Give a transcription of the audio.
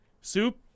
Soup